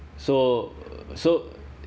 so so